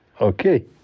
Okay